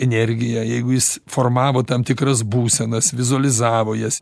energiją jeigu jis formavo tam tikras būsenas vizualizavo jas